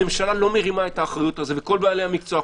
הממשלה לא מרימה את האחריות הזאת מכל בעלי המקצוע,